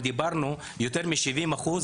ויותר מ-70 אחוז,